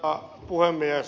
arvoisa puhemies